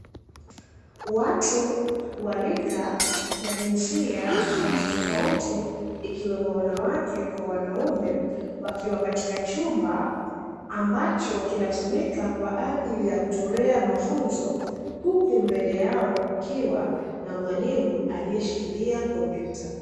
Watu wa rika na jinsia tofautitofauti ikiwemo wanawake kwa wanaume wakiwa katika chumba ambacho kinatumika kwa ajili ya kutolea mafunzo huku mbele yao kukiwa na mwalimu aliyeshikilia kompyuta.